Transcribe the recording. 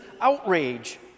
outrage